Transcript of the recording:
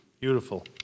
beautiful